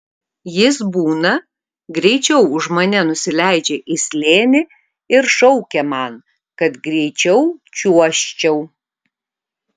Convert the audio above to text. jis būna greičiau už mane nusileidžia į slėnį ir šaukia man kad greičiau čiuožčiau